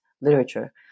literature